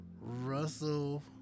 Russell